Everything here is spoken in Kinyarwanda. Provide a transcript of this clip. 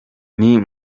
nti